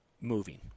moving